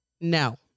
No